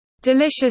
delicious